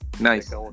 Nice